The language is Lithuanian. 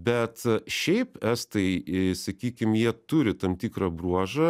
bet šiaip estai sakykim jie turi tam tikrą bruožą